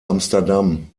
amsterdam